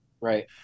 right